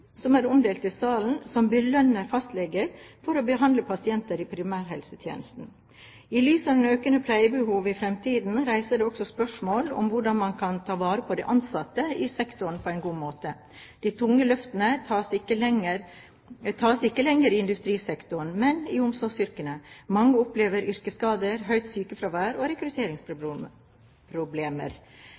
som er omdelt i salen, som belønner fastleger for å behandle pasienter i primærhelsetjenesten. I lys av et økende pleiebehov i fremtiden reises også spørsmålet om hvordan man kan ta vare på de ansatte i sektoren på en god måte. De tunge løftene tas ikke lenger i industrisektoren, men i omsorgsyrkene. Mange opplever yrkesskader, høyt sykefravær og